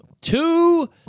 Two